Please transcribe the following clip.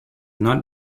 not